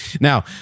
Now